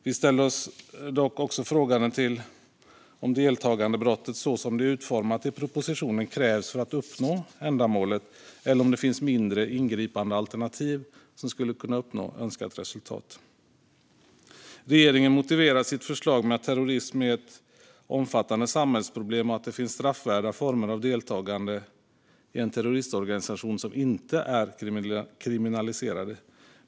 Vi ställer oss dock också frågande till om deltagandebrottet, så som det är utformat i propositionen, krävs för att uppnå ändamålet eller om det finns mindre ingripande alternativ som skulle kunna uppnå önskat resultat. Regeringen motiverar sitt förslag med att terrorism är ett omfattande samhällsproblem och att det finns straffvärda former av deltagande i en terroristorganisation som inte är kriminaliserade.